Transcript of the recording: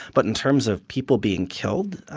but in terms of people being killed,